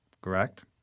Correct